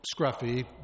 scruffy